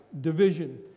division